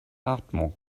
atmung